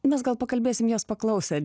mes gal pakalbėsim jos paklausę